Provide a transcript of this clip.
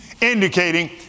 indicating